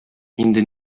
инде